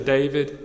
David